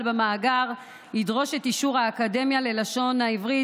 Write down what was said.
במאגר ידרוש את אישור האקדמיה ללשון העברית.